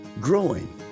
growing